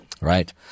Right